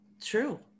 True